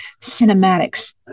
cinematics